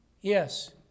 Yes